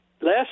last